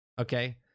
Okay